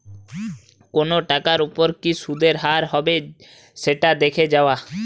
কোনো টাকার ওপর কি সুধের হার হবে সেটা দেখে যাওয়া